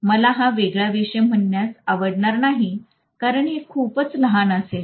मला हा वेगळा विषय म्हणण्यास आवडणार नाही कारण हे खूपच लहान असेल